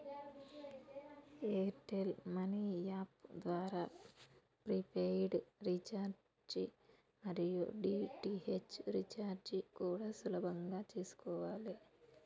air tell money app ద్వారా prepaid recharge మరియు DTH recharge కూడా సులభంగా చేసుకోవాలే